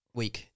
week